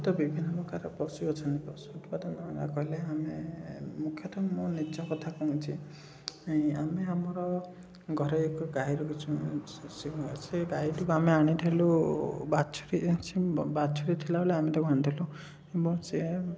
ବିଭିନ୍ନ ପ୍ରକାର ପଶୁ ଅଛନ୍ତି ପଶୁପକ୍ଷୀ କଥା ନକହିଲେ ଆମେ ମୁଖ୍ୟତଃ ମୁଁ ମୋ ନିଜ କଥା କହୁଛି ଆମେ ଆମର ଘରେ ଏକ ଗାଈ ରଖିଛୁ ସେ ସେ ଗାଈଟିକୁ ଆମେ ଆଣିଥିଲୁ ବାଛୁରୀ ଅଛି ବାଛୁରୀ ଥିଲା ବେଳେ ଆମେ ତାକୁ ଆଣିଥିଲୁ ଏବଂ ସେ